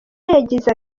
yagize